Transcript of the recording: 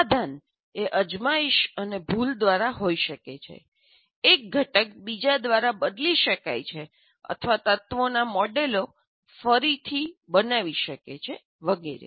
સમાધાન એ અજમાયશ અને ભૂલ દ્વારા હોઈ શકે છે એક ઘટક બીજા દ્વારા બદલી શકાય છે અથવા તત્વોના મોડેલો ફરીથી બનાવી શકે છે વગેરે